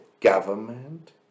government